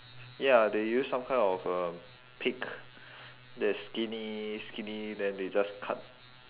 ya they use some kind of a pick the skinny skinny then they just cut